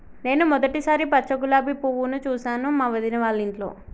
నేను మొదటిసారి పచ్చ గులాబీ పువ్వును చూసాను మా వదిన వాళ్ళింట్లో